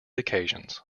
occasions